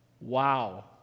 Wow